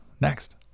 next